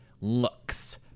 looks